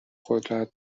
قدرت